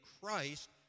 Christ